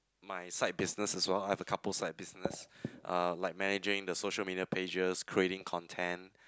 my side business as well I have a couple side business uh like managing the social media pages creating content